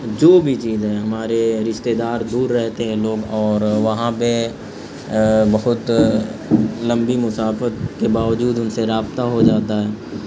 جو بھی چیز ہے ہمارے رشتتے دار دور رہتے ہیں لوگ اور وہاں پہ بہت لمبی مسافت کے باوجود ان سے رابطہ ہو جاتا ہے